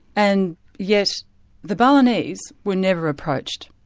and yet the balinese were never approached.